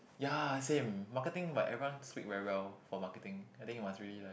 ya same marketing but everyone speak very well for marketing I think you must really like